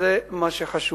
וזה מה שחשוב.